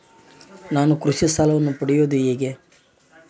ನಾನು ಕೃಷಿ ಸಾಲವನ್ನು ಪಡೆಯೋದು ಹೇಗೆ?